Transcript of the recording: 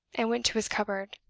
and went to his cupboard.